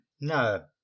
No